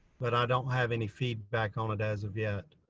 but i don't have any feedback on it as of yet.